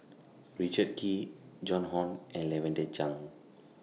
Richard Kee Joan Hon and Lavender Chang